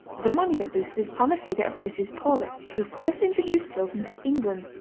the monument-boosters plan a figure of mrs. paulet, who first introduced stilton to england.